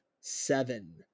seven